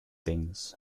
things